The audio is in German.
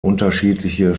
unterschiedliche